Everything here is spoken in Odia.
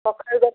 କଖାରୁ ଦରକାର